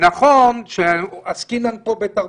נכון שעסקינן פה בתרבות,